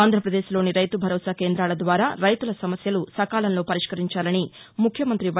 ఆంధ్రప్రదేశ్లోని రైతు భరోసా కేందాల ద్వారా రైతుల సమస్యలు సకాలంలో పరిష్కరించాలని ముఖ్యమంతి వై